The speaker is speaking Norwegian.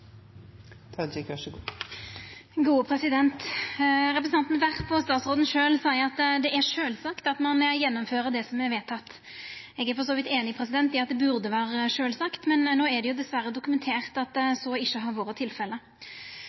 til lensmannen. Så det er nok på høy tid å få den lokale forankringen på plass. Representanten Werp og statsråden sjølv seier at det er sjølvsagt at ein gjennomfører det som er vedteke. Eg er for så vidt einig i at det burde vore sjølvsagt, men det er dessverre dokumentert at så ikkje har vore